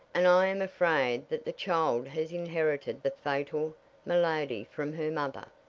and i am afraid the child has inherited the fatal malady from her mother.